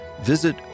visit